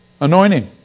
Anointing